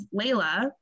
Layla